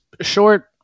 short